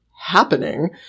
happening